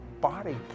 body